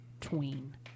tween